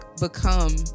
become